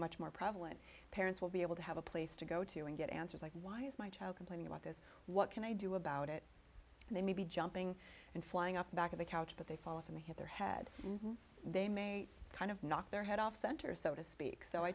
much more prevalent parents will be able to have a place to go to and get answers like why is my child complaining about this what can i do about it and they may be jumping and flying off the back of the couch but they fall if i'm hit their head they may kind of knock their head off center so to speak so i